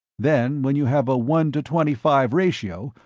then, when you have a one to twenty-five ratio,